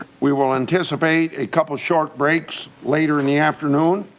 we will anticipate a couple of short breaks later in the afternoon,